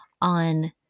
on